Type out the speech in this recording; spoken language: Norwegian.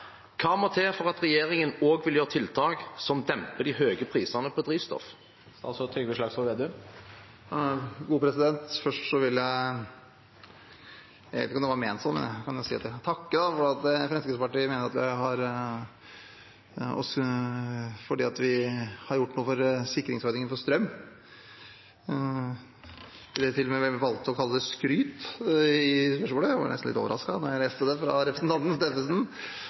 Hva må til for at regjeringen også vil gjøre tiltak som demper de høye prisene på drivstoff?» Først vil jeg takke for at Fremskrittspartiet mener vi har gjort noe med sikringsordningen for strøm. Representanten Steffensen valgte til og med å kalle det «skryt» i spørsmålet – jeg ble nesten litt overrasket da jeg leste det. Jeg mener det var viktig for å klare å dempe utslagene av den sterke veksten vi har sett i de internasjonale strømprisene, og også i de norske. Det